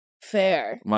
Fair